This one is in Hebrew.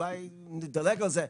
ושאולי נדלג על זה.